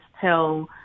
tell